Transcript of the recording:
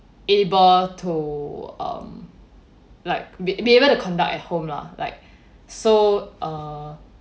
able to um like be be able to conduct at home lah like so uh